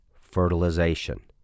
fertilization